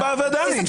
בוודאי.